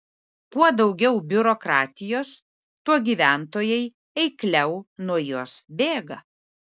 kuo daugiau biurokratijos tuo gyventojai eikliau nuo jos bėga